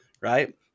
right